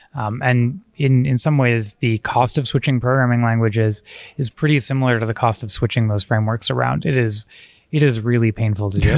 um and in in some ways the cost of switching programming languages is pretty similar to the cost of switching those frameworks around it is it is really painful to do.